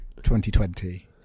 2020